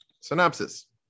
synopsis